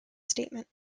statement